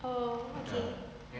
oh okay